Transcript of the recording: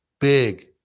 Big